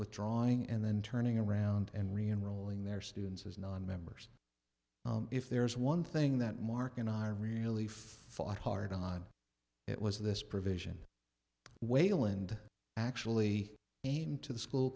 withdrawing and then turning around and re and rolling their students as nonmembers if there's one thing that mark and i are really fought hard on it was this provision wayland actually named to the school